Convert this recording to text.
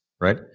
right